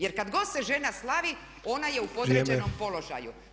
Jer kada god se žena slavi ona je u podređenom položaju.